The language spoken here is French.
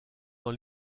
dans